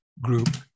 group